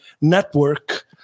network